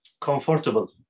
comfortable